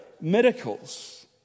miracles